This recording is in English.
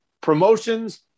promotions